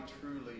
truly